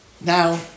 Now